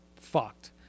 fucked